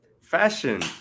fashion